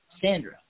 Sandra